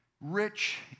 Rich